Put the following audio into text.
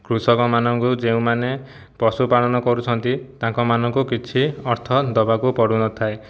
କୃଷକ ମାନଙ୍କୁ ଯେଉଁମାନେ ପଶୁପାଳନ କରୁଛନ୍ତି ତାଙ୍କ ମାନଙ୍କୁ କିଛି ଅର୍ଥ ଦେବାକୁ ପଡ଼ୁନଥାଏ